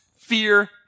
fear